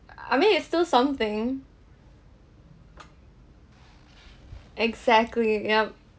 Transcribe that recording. err I mean it's still something exactly ya